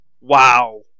wow